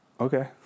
okay